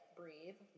breathe